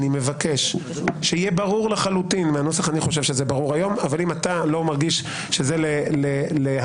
אני חושב שזה ברור מהנוסח היום אבל אם אתה מרגיש שזה לא ברור,